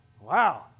Wow